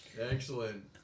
excellent